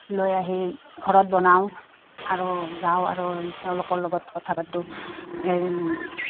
লৈ আহি ঘৰত বনাওঁ আৰু যাওঁ আৰু তেওঁলোকৰ লগত কথা পাতোঁ